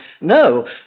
No